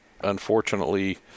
unfortunately